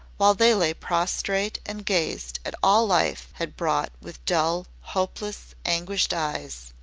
while they lay prostrate and gazed at all life had brought with dull, hopeless, anguished eyes.